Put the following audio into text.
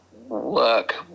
work